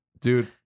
Dude